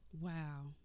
wow